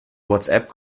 whatsapp